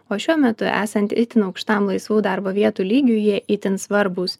o šiuo metu esant itin aukštam laisvų darbo vietų lygiu jie itin svarbūs